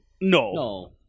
No